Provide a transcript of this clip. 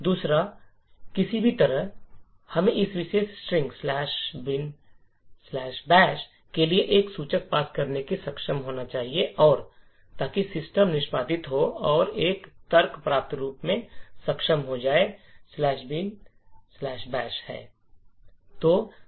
दूसरे किसी भी तरह हमें इस विशेष string bin bash string "binbash" के लिए एक सूचक पास करने में सक्षम होना चाहिए ताकि सिस्टम निष्पादित हो और यह एक तर्क प्राप्त करने में सक्षम हो जो बिन बैश "binbash" है